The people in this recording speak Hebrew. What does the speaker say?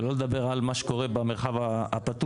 שלא לדבר על מה שקורה במרחב הפתוח,